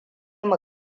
mu